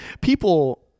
people